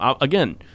again